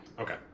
okay